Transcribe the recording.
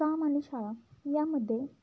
काम आणि शाळा यामध्ये